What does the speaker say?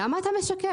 למה אתה משקר?